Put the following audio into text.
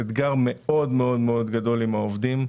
אתגר מאוד מאוד גדול עם העובדים.